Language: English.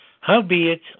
Howbeit